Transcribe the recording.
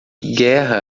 guerra